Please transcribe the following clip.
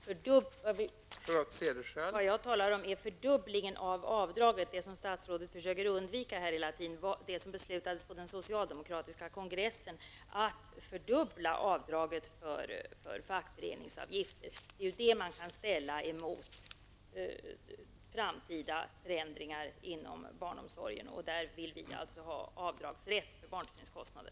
Fru talman! Vad jag talar om är fördubblingen av avdraget, det som statsrådet försöker undvika att tala om. På den socialdemokratiska kongressen fattades beslut om att avdraget för fackföreningsavgifter skulle fördubblas. Det är ju detta man kan ställa mot framtida förändringar inom barnomsorgen, och där vill vi moderater alltså ha avdragsrätt för barntillsynskostnader.